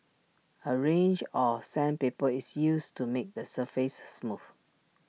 A range of sandpaper is used to make the surface smooth